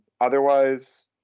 otherwise